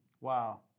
Wow